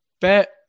Bet